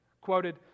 quoted